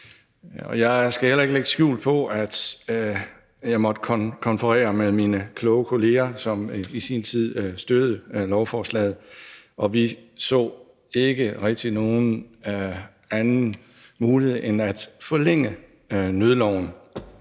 Jeg skal heller ikke lægge skjul på, at jeg måtte konferere med mine kloge kollegaer, som i sin tid støttede lovforslaget. Vi ser ikke rigtig nogen anden mulighed end at forlænge nødloven,